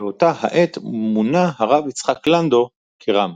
באותה העת מונה הרב יצחק לנדא כר"מ.